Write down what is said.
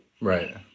Right